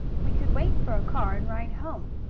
we could wait for a car and ride home.